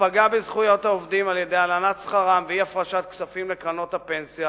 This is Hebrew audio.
ופגעה בזכויות העובדים על-ידי הלנת שכרם ואי-הפרשת כספים לקרנות הפנסיה,